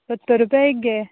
सत्तर रुपया एक गे